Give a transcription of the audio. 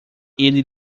ele